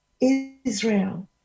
Israel